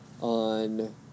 on